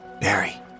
Barry